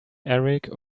eric